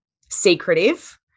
secretive